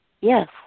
Yes